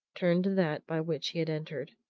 turned to that by which he had entered.